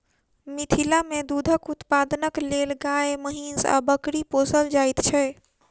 मिथिला मे दूधक उत्पादनक लेल गाय, महीँस आ बकरी पोसल जाइत छै